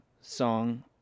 song